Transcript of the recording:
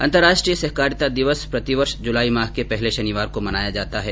अंतर्राष्ट्रीय सहकारिता दिवस प्रतिवर्ष जुलाई माह के पहले शनिवार को मनाया जाता है